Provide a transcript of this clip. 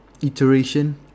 iteration